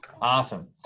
awesome